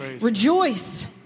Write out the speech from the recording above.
Rejoice